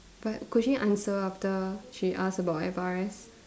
but could she answer after she ask about advice